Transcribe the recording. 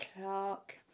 Clark